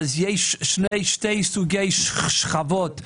ויש שני סוגי שכבות בעפולה: